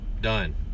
Done